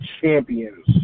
champions